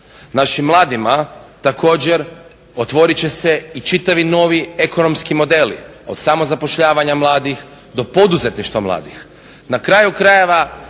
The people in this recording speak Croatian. Našim mladima također otvorit će se i čitavi novi ekonomski modeli od samozapošljavanja mladih do poduzetništva mladih.